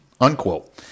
unquote